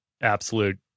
absolute